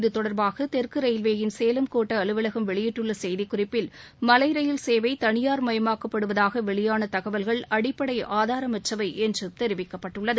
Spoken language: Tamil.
இதுதொடர்பாக தெற்கு ரயில்வேயின் சேலம் கோட்ட அலுவலகம் வெளியிட்டுள்ள செய்திக்குறிப்பில் மலை ரயில் சேவை தனியார் மயமாக்கப்படுவதாக வெளியான தகவல்கள் அடிப்படை ஆதாரமற்றவை என்றும் தெரிவிக்கப்பட்டுள்ளது